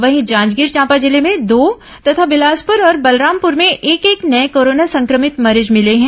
वहीं जांजगीर चांपा जिले में दो तथा बिलासपुर और बलरामपुर में एक एक नए कोरोना संक्रमित मरीज मिले हैं